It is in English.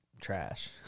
trash